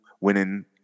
winning